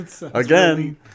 again